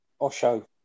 Osho